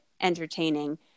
entertaining